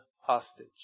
hostage